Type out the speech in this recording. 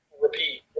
repeat